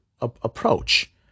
approach